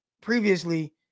previously